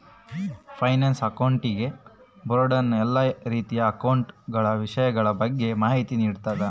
finance accounting board ನ ಎಲ್ಲಾ ರೀತಿಯ ಅಕೌಂಟ ಗಳ ವಿಷಯಗಳ ಬಗ್ಗೆ ಮಾಹಿತಿ ನೀಡುತ್ತ